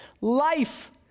life